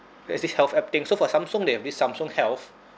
there's this health app thing so for samsung they have this samsung health